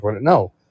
No